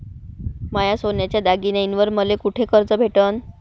माया सोन्याच्या दागिन्यांइवर मले कुठे कर्ज भेटन?